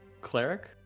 cleric